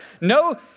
No